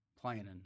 planning